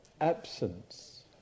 absence